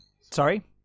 Sorry